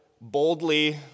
boldly